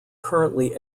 currently